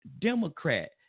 democrat